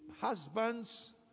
husband's